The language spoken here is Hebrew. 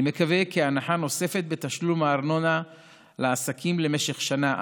אני מקווה כי הנחה נוספת בתשלום הארנונה לעסקים למשך שנה,